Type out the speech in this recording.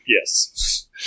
Yes